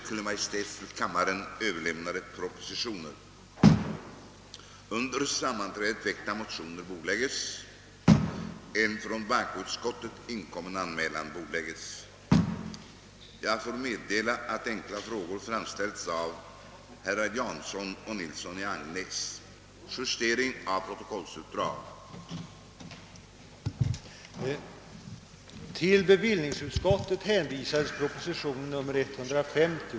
Av civilministerns senaste anförande framgår att civilministern hade sitt finger med i spelet förra gången, när det aktuella kravet avvisades. Civilministern frågade: Skall jag gå med på alla krav som reses?